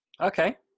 Okay